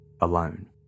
alone